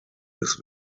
des